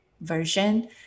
version